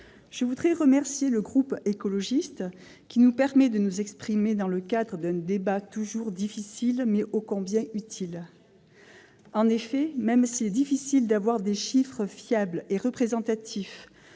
Je voudrais remercier le groupe écologiste de nous permettre d'avoir ce débat difficile mais ô combien utile. En effet, même s'il est difficile d'avoir des chiffres fiables et représentatifs,